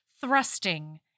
thrusting